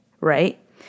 right